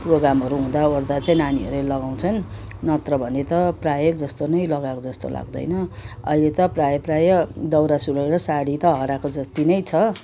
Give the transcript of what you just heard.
प्रोग्रामहरू हुँदा ओर्दा चाहिँ नानीहरूले लगाउँछन् नत्र भने त प्रायः जस्तो नै लगाएको जस्तो लाग्दैन अहिले त प्रायः प्रायः दौरा सुरुवाल र साडी त हराएको जत्ति नै छ